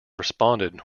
responded